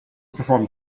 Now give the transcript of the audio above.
performed